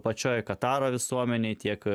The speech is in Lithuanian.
pačioje kataro visuomenėje tiek